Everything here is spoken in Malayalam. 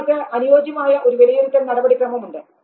നിങ്ങൾക്ക് അനുയോജ്യമായ ഒരു വിലയിരുത്തൽ നടപടിക്രമം ഉണ്ട്